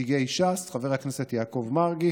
נציגי ש"ס, חבר הכנסת יעקב מרגי